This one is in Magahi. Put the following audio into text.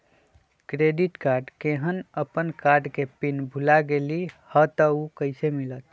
क्रेडिट कार्ड केहन अपन कार्ड के पिन भुला गेलि ह त उ कईसे मिलत?